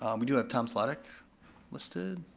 um we do have tom slidek listed.